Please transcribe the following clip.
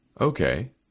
Okay